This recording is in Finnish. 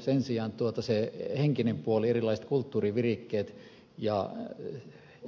sen sijaan henkinen puoli erilaiset kulttuurivirikkeet ja